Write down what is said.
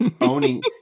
owning